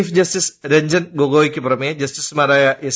chief justice Ranjan ഗൊഗോയ്ക് പുറമെ ജസ്റ്റിസുമാരായ എസ്